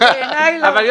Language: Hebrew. אבל,